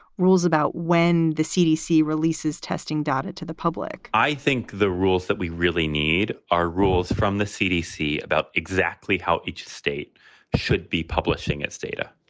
rules about when the cdc releases testing data to the public i think the rules that we really need are rules from the cdc about exactly how each state should be publishing its data.